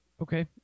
Okay